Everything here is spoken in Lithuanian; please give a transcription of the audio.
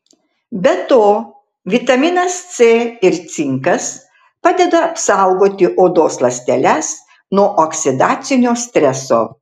be to vitaminas c ir cinkas padeda apsaugoti odos ląsteles nuo oksidacinio streso